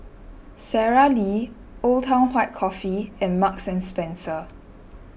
Sara Lee Old Town White Coffee and Marks and Spencer